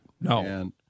No